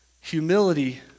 humility